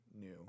new